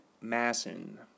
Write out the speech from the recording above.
Masson